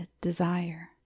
desire